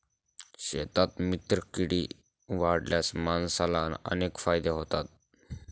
शेतात मित्रकीडी वाढवल्यास माणसाला अनेक फायदे होतात